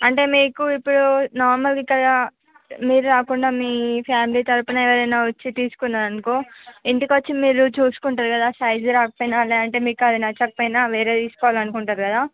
అంటే మీకు ఇప్పుడు నార్మల్ ఇక్కడ మీరు రాకుండా మీ ఫ్యామిలీ తరఫున ఎవరైనా వచ్చి తీసుకున్నారనుకో ఇంటికొచ్చి మీరు చూసుకుంటారు కదా సైజు రాకపోయినా లేదంటే మీకు అది నచ్చకపోయినా వేరే తీసుకోవాలనుకుంటారు కదా